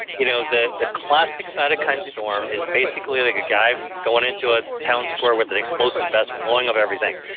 you know the the classic cytokine storm is basically like a guy going into a town square with an explosive vest blowing up everything.